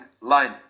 line